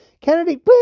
Kennedy